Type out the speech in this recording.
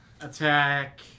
attack